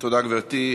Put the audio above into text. תודה, גברתי.